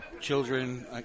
children